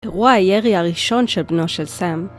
אירוע הירי הראשון של בנו של סם